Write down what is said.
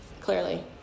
clearly